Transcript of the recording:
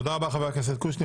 תודה רבה, חבר הכנסת קושניר.